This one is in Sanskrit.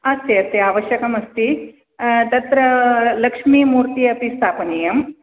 अस्ति अस्ति आवश्यकमस्ति तत्र लक्ष्मीमूर्ति अपि स्थापनीयम्